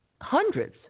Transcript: hundreds